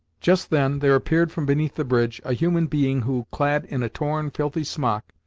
just then there appeared from beneath the bridge a human being who, clad in a torn, filthy smock,